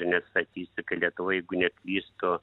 neatstatysi kai lietuva jeigu neklystu